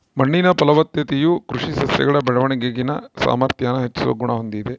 ಮಣ್ಣಿನ ಫಲವತ್ತತೆಯು ಕೃಷಿ ಸಸ್ಯಗಳ ಬೆಳವಣಿಗೆನ ಸಾಮಾರ್ಥ್ಯಾನ ಹೆಚ್ಚಿಸೋ ಗುಣ ಹೊಂದಿದೆ